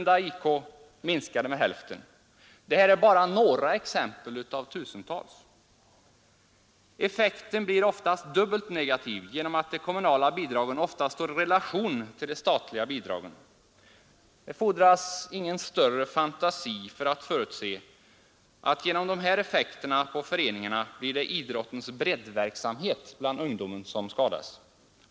Det här är bara några exempel av tusentals. Effekten blir oftast dubbelt negativ genom att de kommunala bidragen brukar stå i relation till de statliga bidragen. Det fordras ingen större fantasi för att förutse att genom de här effekterna på föreningarna blir det idrottens breddverksamhet bland ungdomen som skadas.